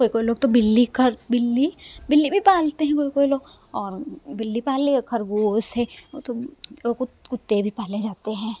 कोई कोई लोग तो बिल्ली का बिल्ली बिल्ली भी पालते हैं कोई कोई लोग बिल्ली पाल ली और खरगोश है वो तो कोई कोई कुत्ते भी पाले जाते हैं